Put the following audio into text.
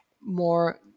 more